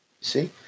See